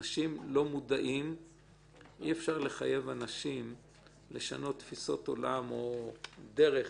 אנשים לא מודעים ואי-אפשר לחייב אנשים לשנות תפיסות עולם או דרך,